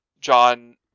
John